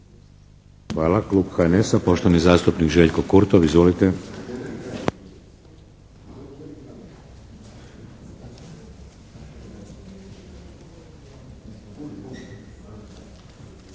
Hvala. Klub HNS-a, poštovani zastupnik Željko Kurtov. Izvolite.